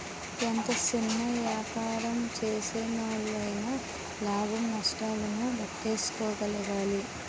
ఎంత సిన్న యాపారం సేసినోల్లయినా లాభ నష్టాలను లేక్కేసుకోగలగాలి